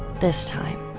this time,